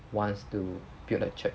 wants to build a church